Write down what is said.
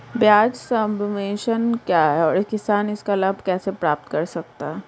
ब्याज सबवेंशन क्या है और किसान इसका लाभ कैसे प्राप्त कर सकता है?